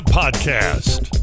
podcast